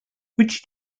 which